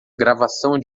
gravação